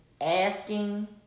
asking